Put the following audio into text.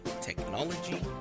technology